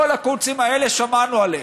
כל הקונצים האלה, שמענו עליהם.